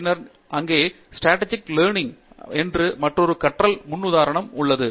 பின்னர் அங்கே strategy learning என்று மற்றொரு கற்றல் முன்னுதாரணம் உள்ளது